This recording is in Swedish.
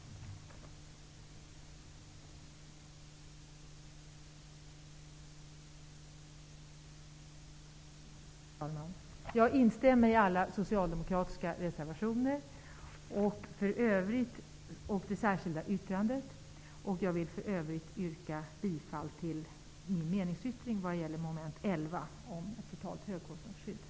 Jag instämmer i alla socialdemokratiska reservationer och i det särskilda yttrandet. Jag yrkar bifall till min meningsyttring vad gäller mom. 11 om ett totalt högkostnadsskydd.